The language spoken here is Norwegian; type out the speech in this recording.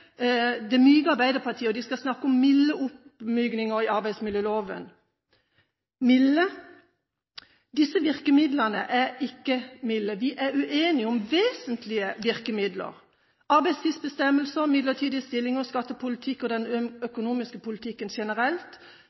og de snakker om milde oppmykninger i arbeidsmiljøloven. Milde? Disse virkemidlene er ikke milde. Vi er uenige om vesentlige virkemidler – arbeidstidsbestemmelser, midlertidige stillinger, skattepolitikk og den økonomiske politikken generelt.